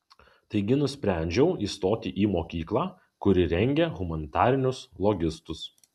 taigi nusprendžiau įstoti į mokyklą kuri rengia humanitarinius logistus